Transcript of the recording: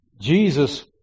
Jesus